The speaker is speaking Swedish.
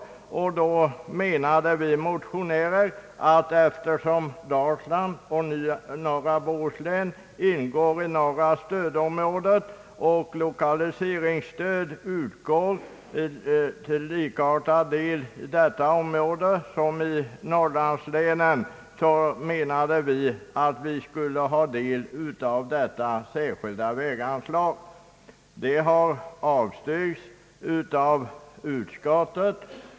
Vi motionärer menar att eftersom Dalsland och norra Bohuslän ingår i norra stödområdet och då lokaliseringsstöd utgår till det området på samma sätt som till norrlandslänen, borde Dalsland och Bohuslän få del av ifrågavarande särskilda väganslag. Det har avstyrkts av utskottet.